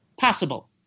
possible